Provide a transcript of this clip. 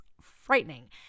frightening